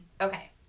okay